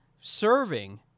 serving